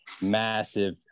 massive